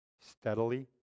steadily